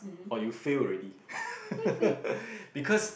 or you failed already because